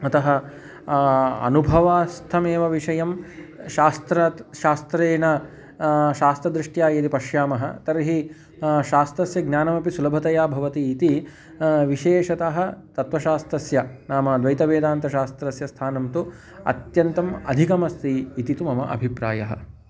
अतः अनुभवास्थमेव विषयं शास्त्रात् शास्त्रेण शास्त्रदृष्ट्या यदि पश्यामः तर्हि शास्त्रस्य ज्ञानमपि सुलभतया भवति इति विशेषतः तत्त्वशास्त्रस्य नाम द्वैतवेदान्तशास्त्रस्य स्थानं तु अत्यन्तम् अधिकमस्ति इति तु मम अभिप्रायः